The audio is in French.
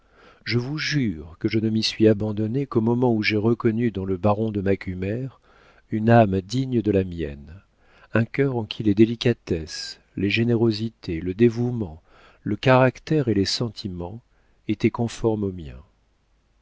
je vous jure que je ne m'y suis abandonnée qu'au moment où j'ai reconnu dans le baron de macumer une âme digne de la mienne un cœur en qui les délicatesses les générosités le dévouement le caractère et les sentiments étaient conformes aux miens